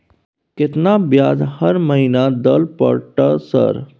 केतना ब्याज हर महीना दल पर ट सर?